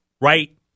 right